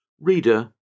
Reader